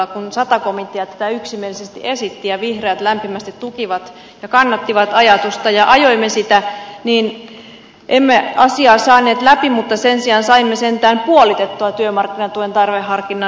kun sata komitea tätä yksimielisesti esitti ja vihreät lämpimästi tukivat ja kannattivat ajatusta ja ajoimme sitä niin emme asiaa saaneet läpi mutta sen sijaan saimme sentään puolitettua työmarkkinatuen tarveharkinnan